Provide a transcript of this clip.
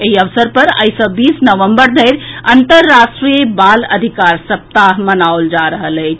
एहि अवसर पर आइ सॅ बीस नवम्बर धरि अंतर्राष्ट्रीय बाल अधिकार सप्ताह मनाओल जा रहल अछि